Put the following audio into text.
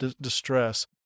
distress